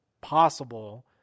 possible